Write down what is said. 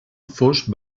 fos